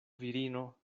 virino